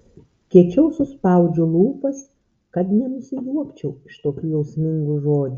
kiečiau suspaudžiu lūpas kad nenusijuokčiau iš tokių jausmingų žodžių